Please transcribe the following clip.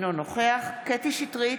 אינו נוכח קטי קטרין שטרית,